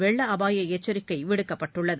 வெள்ள அபாய எச்சரிக்கை விடுக்கப்பட்டுள்ளது